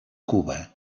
cuba